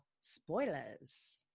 spoilers